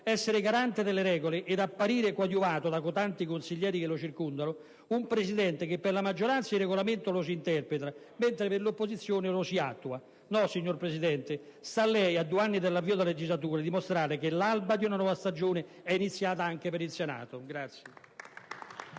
Essere garante delle regole ed apparire, coadiuvato da cotanti consiglieri che la circondano, un Presidente che per la maggioranza il Regolamento lo si interpreta mentre con l'opposizione lo si attua. No, signor Presidente, sta a lei a due anni dall'avvio della legislatura dimostrare che l'alba di un'latra stagione è iniziata anche per il Senato.